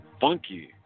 funky